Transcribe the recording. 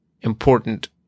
important